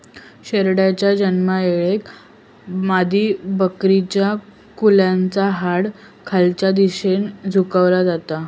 शेरडाच्या जन्मायेळेक मादीबकरीच्या कुल्याचा हाड खालच्या दिशेन झुकला जाता